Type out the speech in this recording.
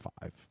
five